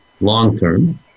long-term